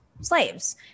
slaves